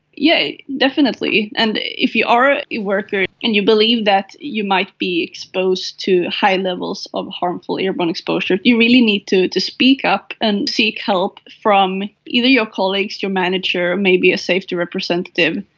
yeah definitely, and if you are a worker and you believe that you might be exposed to high levels of harmful airborne exposure, you really need to to speak up and seek help from either your colleagues, your manager, maybe a safety representative,